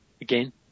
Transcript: again